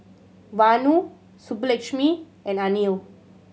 Vanu Subbulakshmi and Anil